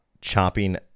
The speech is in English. chopping